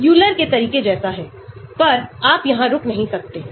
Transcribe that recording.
Diethyl phenyl phosphates आपके यहां दो ethyl समूह हैं